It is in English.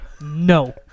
no